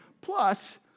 Plus